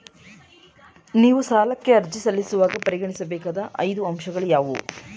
ನೀವು ಸಾಲಕ್ಕೆ ಅರ್ಜಿ ಸಲ್ಲಿಸುವಾಗ ಪರಿಗಣಿಸಬೇಕಾದ ಐದು ಅಂಶಗಳು ಯಾವುವು?